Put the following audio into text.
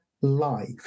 life